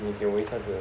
你给我一下子